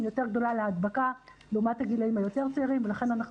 יותר גדולה להדבקה לעומת הגילים היותר צעירים ולכן אנחנו